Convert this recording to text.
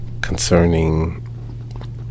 concerning